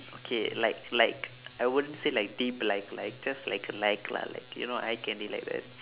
okay like like I won't say like deep like like just like like lah like you know eye candy like that